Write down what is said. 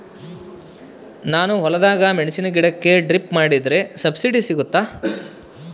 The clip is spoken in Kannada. ನಾನು ಹೊಲದಾಗ ಮೆಣಸಿನ ಗಿಡಕ್ಕೆ ಡ್ರಿಪ್ ಮಾಡಿದ್ರೆ ಸಬ್ಸಿಡಿ ಸಿಗುತ್ತಾ?